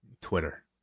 Twitter